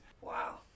Wow